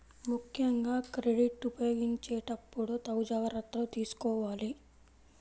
ముక్కెంగా క్రెడిట్ ఉపయోగించేటప్పుడు తగు జాగర్తలు తీసుకోవాలి